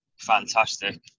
fantastic